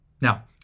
Now